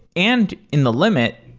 and in the limit,